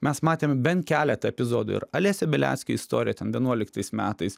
mes matėme bent keletą epizodų ir alesio beliackio istorija ten vienuoliktais metais